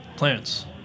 Plants